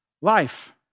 life